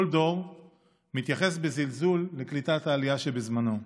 כל דור מתייחס בזלזול לקליטת העלייה שבזמנו.